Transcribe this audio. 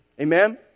Amen